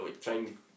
trying